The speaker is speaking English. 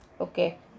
Okay